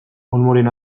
olmoren